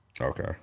Okay